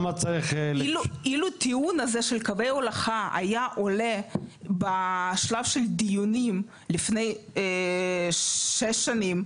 אילו הטיעון הזה של קווי הולכה היה עולה בשלב של דיונים לפני 6 שנים,